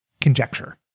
conjecture